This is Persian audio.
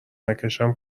نکشم